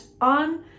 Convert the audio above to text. on